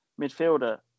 midfielder